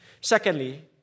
Secondly